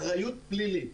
אחריות פלילית.